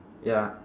ya